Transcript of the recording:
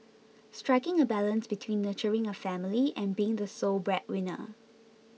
striking a balance between nurturing a family and being the sole breadwinner